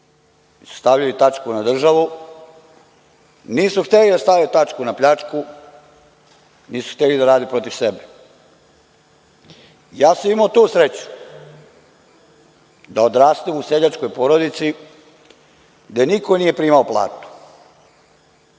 su stavili tačku na državu. Nisu hteli da stave tačku na pljačku. Nisu hteli da rade protiv sebe. Imao sam tu sreću da odrastem u seljačkoj porodici gde niko nije primao platu,